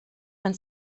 han